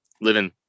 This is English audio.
living